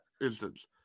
instance